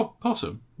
Possum